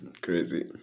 Crazy